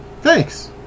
thanks